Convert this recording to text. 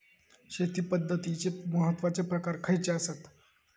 शेती पद्धतीचे महत्वाचे प्रकार खयचे आसत?